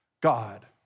God